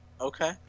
okay